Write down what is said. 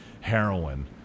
heroin